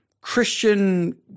Christian